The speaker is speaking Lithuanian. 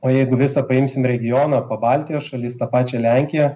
o jeigu visą paimsim regioną pabaltijo šalis tą pačią lenkiją